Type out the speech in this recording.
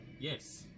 Yes